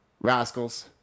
Rascals